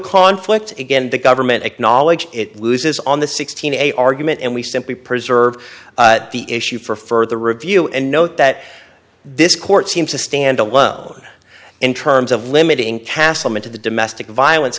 conflict again the government acknowledges it loses on the sixteen a argument and we simply preserve the issue for further review and note that this court seems to stand alone in terms of limiting castleman to the domestic violence